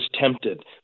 tempted